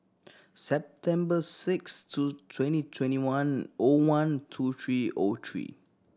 September six two twenty twenty one O one two three O three